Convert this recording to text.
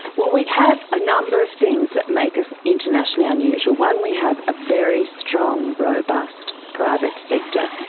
well, we have a number of things that make us internationally unusual. one, we have a very strong, robust private sector.